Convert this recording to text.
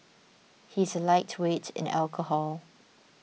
he is a lightweight in alcohol